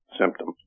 symptoms